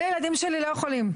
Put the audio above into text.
הילדים שלי לא יכולים,